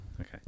Okay